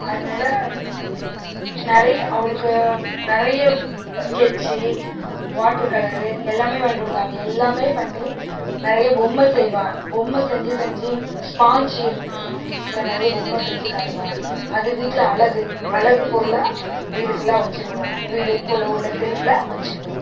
அதனால நிறைய அவளுக்கு நிறைய ஸ்கெட்ச்சி வாட்ருகலரு எல்லாமே வாங்கிக் குடுத்தேன் அவ எல்லாமே பண்ணி நிறைய பொம்மை செய்வா பொம்மை செஞ்சு செஞ்சு ஸ்பான்ச்சு இருக்குல்ல அதில் நிறைய பொம்மை செஞ்சு காட்டுவா அது வீட்டில் அழகு அழகு பொருளாக வீடு ஃபுல்லா வச்சுருக்குறோம் நாங்கள் வீடு உள்ள உள்ள செல்ஃபில் வச்சுருக்குறோம்